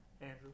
Andrew